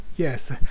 Yes